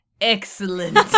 excellent